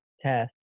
test